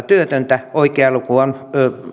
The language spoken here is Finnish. työtöntä oikea luku on